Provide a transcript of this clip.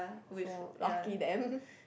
so lucky them